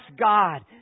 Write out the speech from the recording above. God